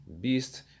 Beast